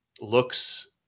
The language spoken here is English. looks